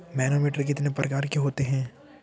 Manometer कितने प्रकार के होते हैं?